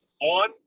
on